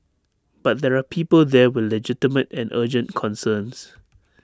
but there are people there with legitimate and urgent concerns